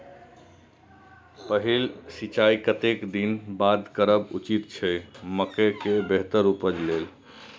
पहिल सिंचाई कतेक दिन बाद करब उचित छे मके के बेहतर उपज लेल?